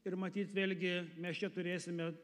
ir matyt vėlgi mes čia turėsime